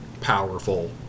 powerful